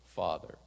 father